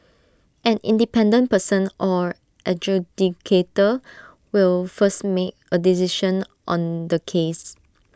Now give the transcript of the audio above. an independent person or adjudicator will first make A decision on the case